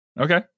Okay